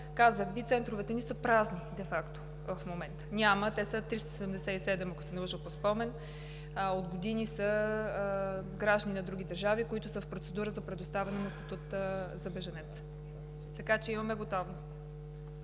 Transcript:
Казах Ви, центровете ни са празни де факто в момента. Те са 377, ако не се лъжа, по спомен. От години има граждани на други държави, които са в процедура за предоставяне на статут за бежанец, така че имаме готовност.